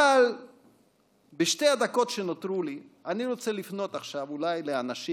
אבל בשתי הדקות שנותרו לי אני רוצה לפנות עכשיו לאנשים